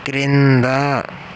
క్రింద